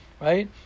right